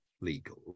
legal